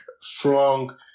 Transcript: strong